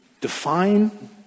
define